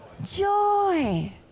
Joy